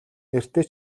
нэртэй